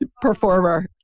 performer